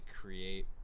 create